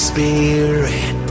Spirit